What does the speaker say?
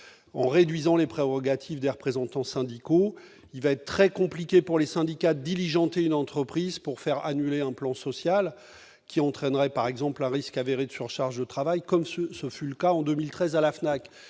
en réduisant les prérogatives des représentants syndicaux. Ainsi, il va être très compliqué, pour les syndicats, de diligenter une expertise pour faire annuler un plan social dont la mise en place entraînerait, par exemple, un risque avéré de surcharge de travail, comme ce fut le cas en 2013 à la FNAC.